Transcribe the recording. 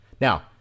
now